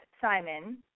Simon